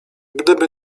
gdyby